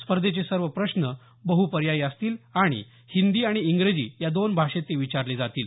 स्पर्धेचे सर्व प्रश्न बह् पर्यायी असतील आणि हिंदी आणि इंग्रजी या दोन भाषेत ते विचारले जातील